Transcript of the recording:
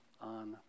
on